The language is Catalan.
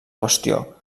qüestió